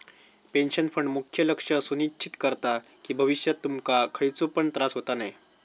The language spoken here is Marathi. पेंशन फंड मुख्य लक्ष सुनिश्चित करता कि भविष्यात तुमका खयचो पण त्रास होता नये